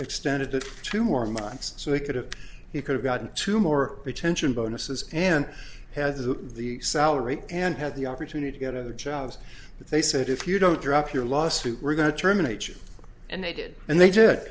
extended it two more months so they could have he could have gotten two more retention bonuses and has of the salary and had the opportunity to get other jobs but they said if you don't drop your lawsuit we're going to terminate you and they did and they did